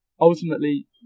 ultimately